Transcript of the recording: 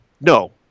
no